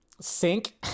sink